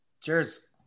cheers